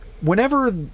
whenever